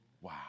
wow